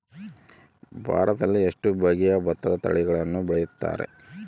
ಭಾರತದಲ್ಲಿ ಎಷ್ಟು ಬಗೆಯ ಭತ್ತದ ತಳಿಗಳನ್ನು ಬೆಳೆಯುತ್ತಾರೆ?